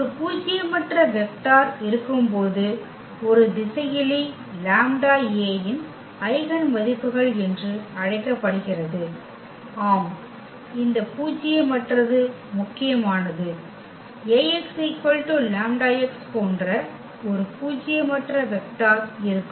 ஒரு பூஜ்யமற்ற வெக்டர் இருக்கும்போது ஒரு திசையிலி λ A இன் ஐகென் மதிப்புகள் என்று அழைக்கப்படுகிறது ஆம் இந்த பூஜ்யமற்றது முக்கியமானது Ax λx போன்ற ஒரு பூஜ்யமற்ற வெக்டர் இருக்கும்